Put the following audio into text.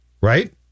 Right